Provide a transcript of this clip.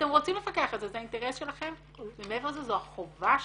אתם רוצים לפקח על זה זה האינטרס שלכם ומעבר לזה זו החובה שלכם.